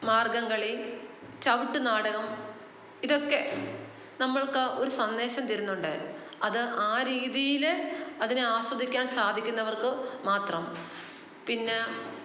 മാർഗം കളി ചവിട്ട്നാടകം ഇതൊക്കെ നമ്മൾക്ക് ഒരു സന്ദേശം തരുന്നുണ്ട് അത് ആ രീതീൽ അതിനെ ആസ്വദിക്കാൻ സാധിക്കുന്നവർക്ക് മാത്രം പിന്നെ